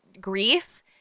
grief